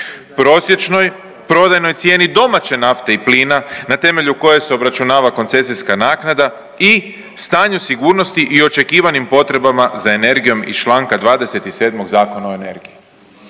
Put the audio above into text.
Prosječnoj prodajnoj cijeni domaće nafte i plina na temelju koje se obračunava koncesijska naknada i stanju sigurnosti i očekivanim potrebama za energijom iz čl. 27. Zakona o energiji.